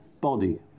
body